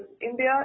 India